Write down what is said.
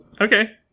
Okay